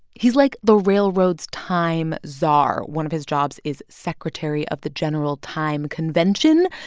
he's like the railroads' time czar. one of his jobs is secretary of the general time convention.